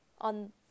on